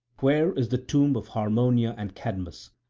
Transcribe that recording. where is the tomb of harmonia and cadmus,